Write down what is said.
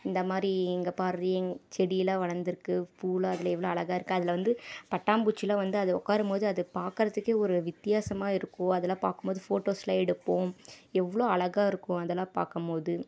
இந்த மாதிரி இங்கே பார்டி செடியிலாம் வளர்ந்துருக்கு பூலாம் அதில் எவ்வளோ அழகா இருக்குது அதில் வந்து பட்டாம்பூச்சிலாம் வந்து அதில் உட்காரும் போது அது பார்க்கறதுக்கே ஒரு வித்தியாசமாக இருக்கும் அதெல்லாம் பார்க்கும் போது ஃபோட்டோஸ்லாம் எடுப்போம் எவ்வளோ அழகாக இருக்கும் அதலாம் பாக்கம் போது